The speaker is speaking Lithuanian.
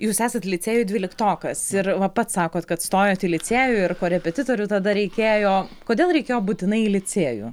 jūs esat licėjuj dvyliktokas ir va pats sakot kad stojant į licėjų ir korepetitorių tada reikėjo kodėl reikėjo būtinai į licėjų